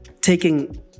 taking